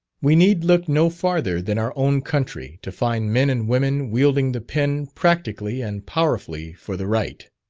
we need look no farther than our own country to find men and women wielding the pen practically and powerfully for the right.